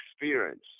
experience